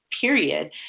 period